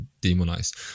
demonized